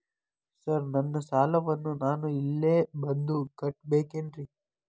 Sir ನನ್ನ ಸಾಲವನ್ನು ನಾನು ಇಲ್ಲೇ ಬಂದು ಕಟ್ಟಬೇಕೇನ್ರಿ?